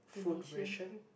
food ration